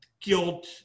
guilt